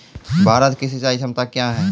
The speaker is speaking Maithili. भारत की सिंचाई क्षमता क्या हैं?